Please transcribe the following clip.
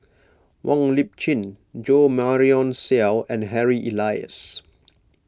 Wong Lip Chin Jo Marion Seow and Harry Elias